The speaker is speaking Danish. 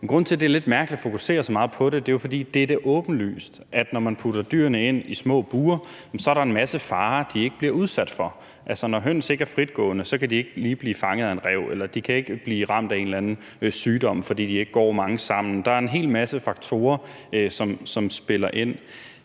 grunden til, at det er lidt mærkeligt at fokusere så meget på det, er jo, at det da er åbenlyst, at der, når man putter dyrene ind i små bure, så er en masse farer, som de ikke bliver udsat for. Når høns ikke er fritgående, kan de ikke lige blive fanget af en ræv, eller de kan ikke blive ramt af en eller anden sygdom, fordi de ikke går mange sammen. Der er en hel masse faktorer, som spiller ind.